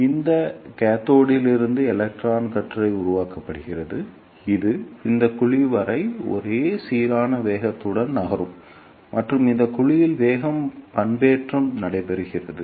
எனவே இந்த கேத்தோடில் இருந்து எலக்ட்ரான் கற்றை உருவாக்கப்படுகிறது இது இந்த குழி வரை ஒரே சீரான வேகத்துடன் நகரும் மற்றும் இந்த குழியில் வேகம் பண்பேற்றம் நடைபெறுகிறது